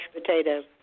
potatoes